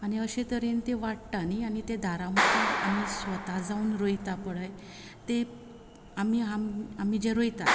आनी अशे तरेन ते वाडटा न्ही आनी ते दारा मुखार आमी स्वता जावन रोयता पळय ते आमी आमी जे रोयतात